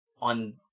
on